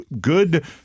good